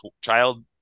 child